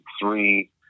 three